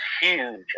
huge